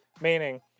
meaning